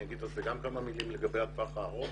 אומר על זה גם כמה מילים לגבי הטווח הארוך